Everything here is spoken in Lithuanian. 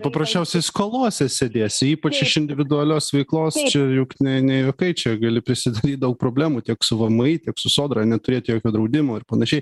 paprasčiausiai skolose sėdėsi ypač iš individualios veiklos čia juk ne ne juokai čia gali prisidaryt daug problemų tiek su vmi tiek su sodra neturėt jokio draudimo ir panašiai